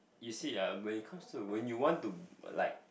you see um when it comes to when you want to when like